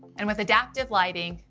and with adaptive lighting,